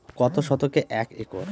কত শতকে এক একর?